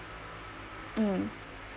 um